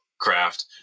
craft